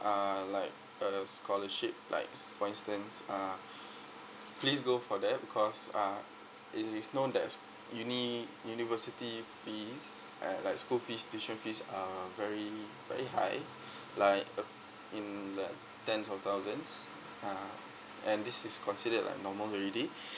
uh like a scholarship like s~ for instance uh please go for that because uh it is known that's uni university fees and like school fees tuition fees are very very high like uh in like tens of thousands uh and this is considered like normal already